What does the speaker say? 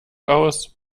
aus